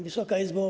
Wysoka Izbo!